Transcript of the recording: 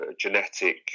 genetic